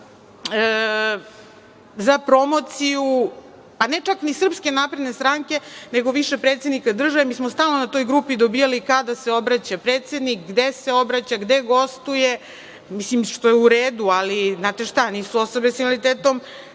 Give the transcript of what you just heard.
za promociju, pa ne čak i SNS, nego više predsednika države. Mi smo stalno na toj grupi dobijali kada se obraća predsednik, gde se obraća, gde gostuje. To je u redu, ali, znate šta, nisu osobe sa invaliditetom